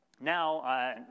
Now